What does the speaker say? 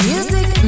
Music